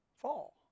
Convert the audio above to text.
fall